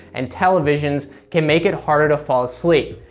and televisions can make it harder to fall asleep.